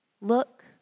Look